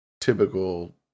typical